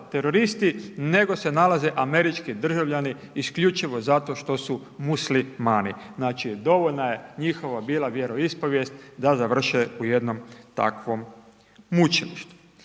teroristi nego se nalaze američki državljani isključivo zato što su Muslimani. Znači dovoljna je njihova bila vjeroispovijest da završe u jednom takvom mučilištu.